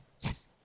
yes